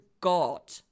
God